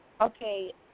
Okay